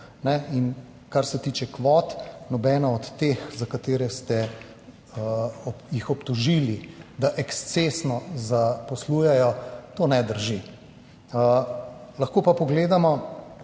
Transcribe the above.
in kar se tiče kvot, nobena od teh, za katere ste jih obtožili, da ekscesno zaposlujejo, to ne drži. Lahko pa pogledamo